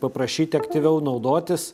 paprašyti aktyviau naudotis